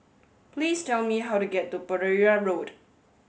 please tell me how to get to Pereira Road